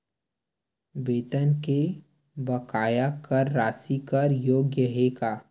वेतन के बकाया कर राशि कर योग्य हे का?